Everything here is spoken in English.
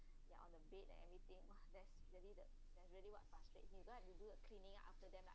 they are on the bed and everything !wah! that's really the that's really what frustrates you know you have to do the cleaning up after them like